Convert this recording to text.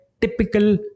typical